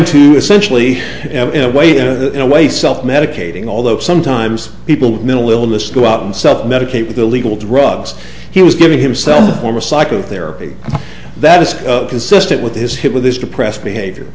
to essentially in a way to in a way self medicating although sometimes people with mental illness go out and self medicate with illegal drugs he was giving himself a former psychotherapy that is consistent with his hit with his depressed behavior